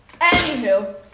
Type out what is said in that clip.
Anywho